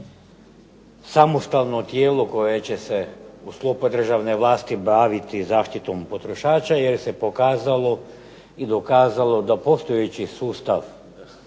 samostalno tijelo koje će se u sklopu državne vlasti baviti zaštitom potrošača jer se pokazalo i dokazalo da postojeći sustav